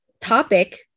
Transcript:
topic